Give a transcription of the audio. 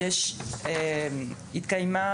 בשנת 2017 התכנסה